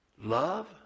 Love